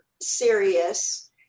serious